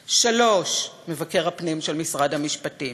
3. מבקר הפנים של משרד המשפטים,